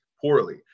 poorly